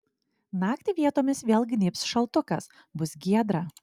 naktį vietomis vėl gnybs šaltukas bus giedra